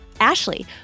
Ashley